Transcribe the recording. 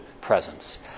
presence